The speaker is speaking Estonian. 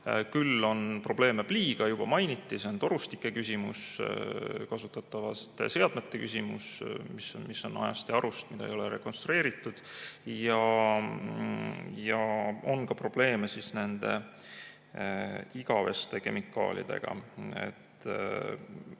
Küll on probleeme pliiga. Juba mainiti, et see on torustike ja kasutatavate seadmete küsimus, mis on ajast ja arust, mida ei ole rekonstrueeritud. On ka probleeme nende igaveste kemikaalidega,